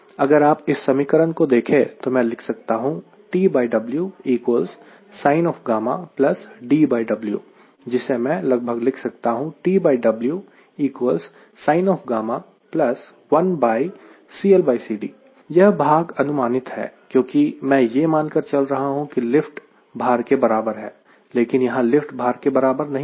अब अगर इस समीकरण को देखें तो मैं लिख सकता हूं जिसे मैं लगभग लिख सकता हूं यह भाग अनुमानित है क्योंकि मैं यह मानकर चल रहा हूं कि लिफ्ट भार के बराबर है लेकिन यहां लिफ्ट भार के बराबर नहीं है